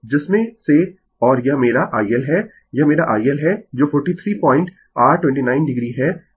तो जिसमें से और यह मेरा IL है यह मेरा IL है जो 43 पॉइंट r 29 o है